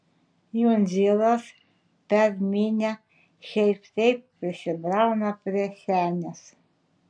jundzilas per minią šiaip taip prasibrauna prie senės